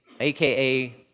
AKA